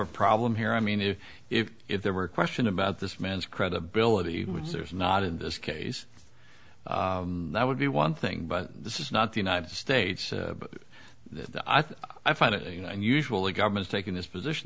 a problem here i mean if if if there were a question about this man's credibility which there is not in this case that would be one thing but this is not the united states i think i find it you know and usually governments taking this position